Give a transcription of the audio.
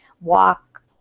walk